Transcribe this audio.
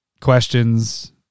questions